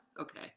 okay